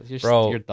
Bro